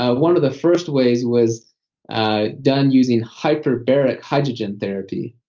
ah one of the first ways was ah done using hyperbaric hydrogen therapy.